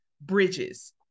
bridges